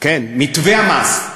כן, מתווה המס.